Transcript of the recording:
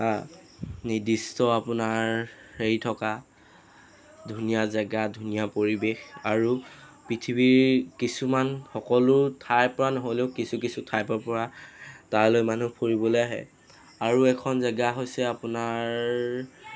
নিৰ্দিষ্ট আপোনাৰ হেৰি থকা ধুনীয়া জেগা ধুনীয়া পৰিৱেশ আৰু পৃথিৱীৰ কিছুমান সকলো ঠাইৰ পৰা নহ'লেও কিছু কিছু ঠাইৰ পৰা তালৈ মানুহ ফুৰিবলৈ আহে আৰু এখন জেগা হৈছে আপোনাৰ